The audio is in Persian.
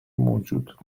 موجود